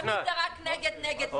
תמיד זה רק נגד, נגד, נגד.